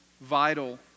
vital